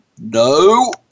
No